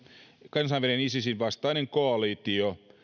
kansainvälinen isisin vastainen koalitio